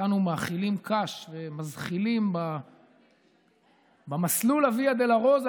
אותנו מאכילים קש ומזחילים במסלול הוויה-דולורוזה